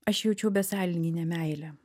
aš jaučiau besąlyginę meilę